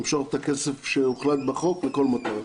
החיילים יוכלו למשוך את הכסף שהוחלט עליו בחוק לכל מטרה.